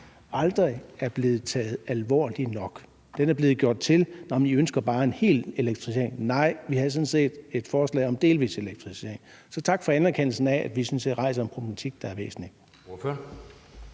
aldrig er blevet taget alvorligt nok. Det er blevet gjort til, at vi bare ønsker en fuldstændig elektrificering. Nej, vi havde sådan set et forslag om delvis elektrificering. Så tak for anerkendelsen af, at vi sådan set rejser en problematik, der er væsentlig.